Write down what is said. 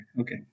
okay